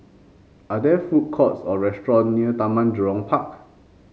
are there food courts or restaurant near Taman Jurong Park